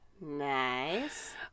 Nice